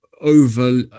over